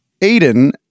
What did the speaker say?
Aiden